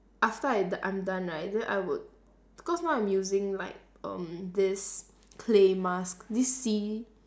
after I d~ I'm done right then I would because now I'm using like um this clay mask this sea